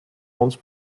ons